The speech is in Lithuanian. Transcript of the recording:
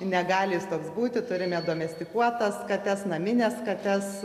negali jis toks būti turime domestikuotas kates namines kates